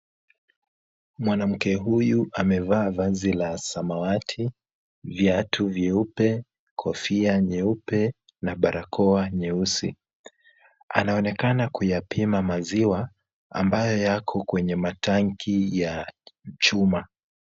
Mwanamke huyu amevaa vazi la samawati, viatu vyeupe, kofia nyeupe na barakoa nyeusi. Anaonekana kuyapima maziwa ambayo yako kwenye matanki ya chuma.